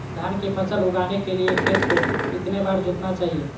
धान की फसल उगाने के लिए खेत को कितने बार जोतना चाइए?